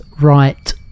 right